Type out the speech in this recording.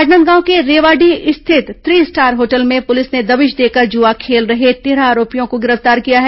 राजनांदगांव के रेवाडीह स्थित three star hotel में पुलिस ने दबिश देकर जुआ खेल रहे तेरह आरोपियों को गिरफ्तार किया है